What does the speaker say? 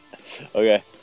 Okay